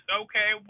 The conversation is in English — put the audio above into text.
okay